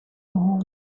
home